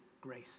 grace